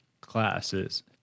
classes